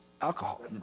alcohol